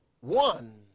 One